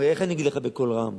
הוא אומר: איך אני אגיד לך בקול רם?